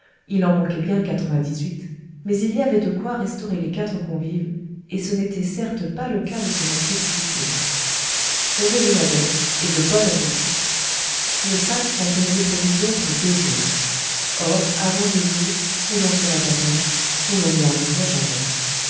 il en manquait bien quatre-vingt-dix-huit mais il y avait de quoi restaurer les quatre convives et ce n'était certes pas le cas de se montrer difficile on déjeuna donc et de bon appétit le sac contenait des provisions pour deux jours or avant deux jours ou l'on serait à terre ou l'on n'y arriverait jamais